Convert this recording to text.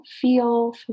feel